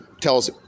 tells